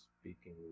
speaking